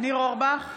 ניר אורבך,